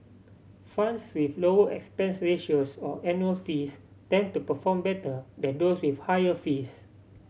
funds with lower expense ratios or annual fees tend to perform better than those with higher fees